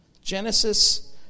Genesis